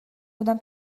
بودم